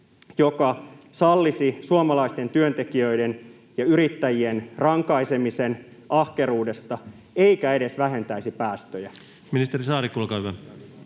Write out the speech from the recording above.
joka sallisi suomalaisten työntekijöiden ja yrittäjien rankaisemisen ahkeruudesta eikä edes vähentäisi päästöjä? [Speech 28] Speaker: